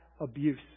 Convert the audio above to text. abuse